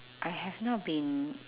I have not been